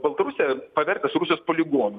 baltarusiją pavertęs rusijos poligonu